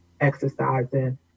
exercising